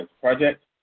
project